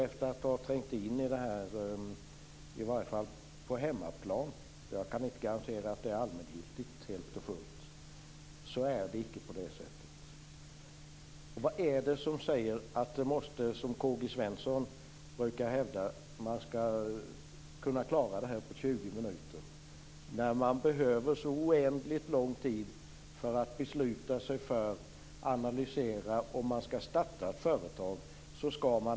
Efter att ha trängt in i detta - åtminstone på hemmaplan, men jag kan inte garantera att det helt och fullt är allmängiltigt - tror jag icke att det är på det sättet. Vad är det som säger att detta måste, som Karl-Gösta Svenson brukar hävda, klaras av på 20 minuter när man behöver så oändligt lång tid för att besluta sig för och analysera om man skall starta ett företag?